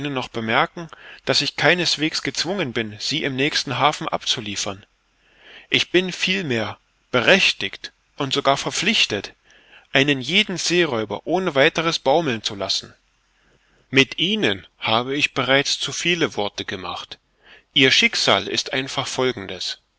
noch bemerken daß ich keineswegs gezwungen bin sie im nächsten hafen abzuliefern ich bin vielmehr berechtigt und sogar verpflichtet einen jeden seeräuber ohne weiteres baumeln zu lassen mit ihnen habe ich bereits zu viele worte gemacht ihr schicksal ist einfach folgendes